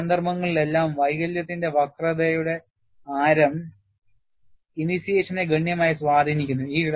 ഈ സന്ദർഭങ്ങളിലെല്ലാം വൈകല്യത്തിന്റെ വക്രതയുടെ ആരം ഇനീഷ്യേഷനെ ഗണ്യമായി സ്വാധീനിക്കുന്നു